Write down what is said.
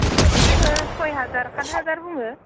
बुंनायावलाय जोङो सय हाजार सात हाजार बुङो